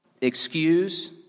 excuse